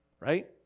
right